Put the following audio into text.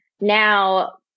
Now